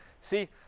See